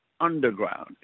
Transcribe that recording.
Underground